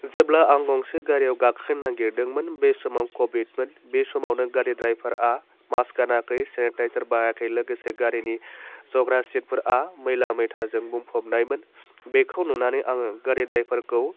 जेब्ला आं गंसे गारिआव गाखोनो नागेरदोंमोन बे समाव कभिदमोन बे समावनो गारि ड्राइभारा मास्क गानाखै सेनिताइजार बाहायाखै लोगोसे गारिनि जग्रा सीटफोरा मैला मैथाजों बुंफबनायमोन बेखौ नुनानै आङो गारि ड्राइभारखौ